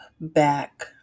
back